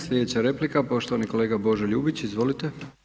Slijedeća replika, poštovani kolega Božo Ljubić, izvolite.